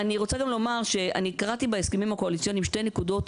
אני קראתי בהסכמים הקואליציוניים שתי נקודות,